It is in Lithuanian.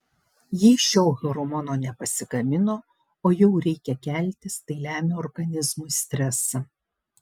jei šio hormono nepasigamino o jau reikia keltis tai lemia organizmui stresą